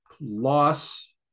loss